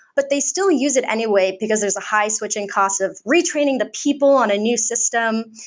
but they still use it anyway because there's a high-switching cost of retraining the people on a new system,